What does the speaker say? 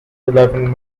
eleven